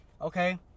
Okay